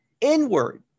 inward